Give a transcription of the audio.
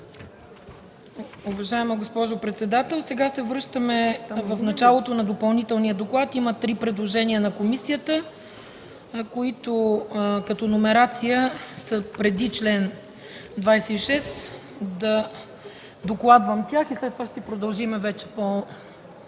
Уважаема госпожо председател, сега се връщаме в началото на допълнителния доклад. Има три предложения на комисията, които като номерация са преди чл. 26, ще докладвам тях и след това ще продължим по